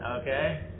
Okay